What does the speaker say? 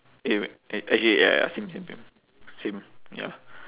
eh wait actually ya ya same same same same ya